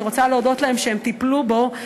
אני רוצה להודות להם שטיפלו בו.